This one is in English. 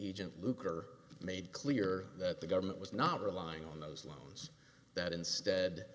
agent luker made clear that the government was not relying on those loans that instead